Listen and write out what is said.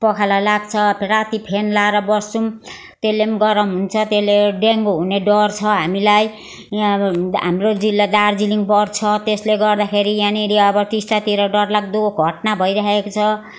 पखाला लाग्छ अब राति फेन लिएर बस्छौँ त्यसले पनि गरम हुन्छ त्यसले डेङ्गू हुने डर छ हामीलाई यहाँ आब हाम्रो जिल्ला दार्जिलिङ पर्छ त्यसले गर्दाखेरि यहाँनेरि अब टिस्टातिर डरलाग्दो घटना भइराखेको छ